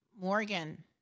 Morgan